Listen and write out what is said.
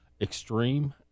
extreme